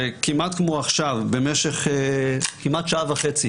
וכמעט כמו עכשיו, במשך כמעט שעה וחצי